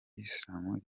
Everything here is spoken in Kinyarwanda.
islam